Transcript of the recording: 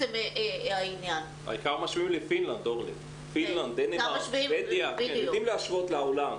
העיקר משווים לדנמרק ולפינלנד.